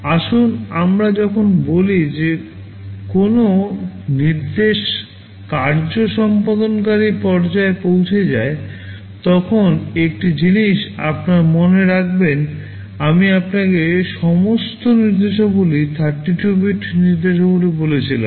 আসুন আমরা যখন বলি যে কোনও নির্দেশ কার্য সম্পাদনকারী পর্যায়ে পৌঁছে যায় তখন একটি জিনিস আপনার মনে রাখবেন আমি আপনাকে সমস্ত নির্দেশাবলী 32 bit নির্দেশাবলী বলেছিলাম